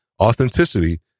Authenticity